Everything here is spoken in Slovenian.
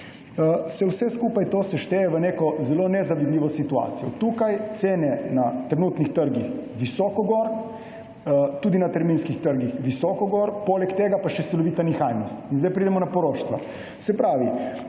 se vse skupaj to sešteje v neko zelo nezavidljivo situacijo. Cene na trenutnih trgih visoko navzgor, tudi na terminskih trgih visoko navzgor, poleg tega pa še silovita nihajnost. In zdaj pridemo do poroštva. Družbe,